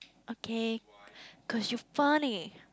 okay cause you funny